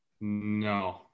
No